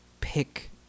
pick